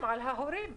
ההורים.